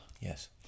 Yes